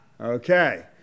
okay